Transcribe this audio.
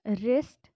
wrist